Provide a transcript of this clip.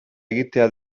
egitea